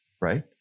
right